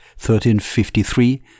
1353